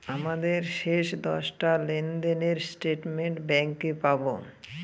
আমাদের শেষ দশটা লেনদেনের স্টেটমেন্ট ব্যাঙ্কে পাবো